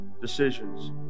decisions